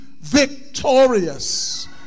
victorious